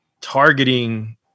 targeting